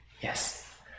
Yes